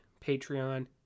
Patreon